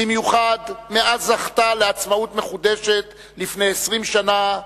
במיוחד מאז זכתה צ'כיה לעצמאות מחודשת לפני 20 שנה,